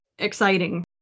exciting